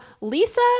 Lisa